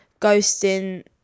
ghosting